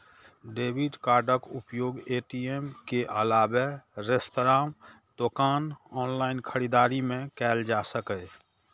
debit कार्डक उपयोग ATM के अलावे रेस्तरां, दोकान, ऑनलाइन खरीदारी मे कैल जा सकैए